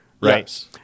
Right